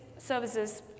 services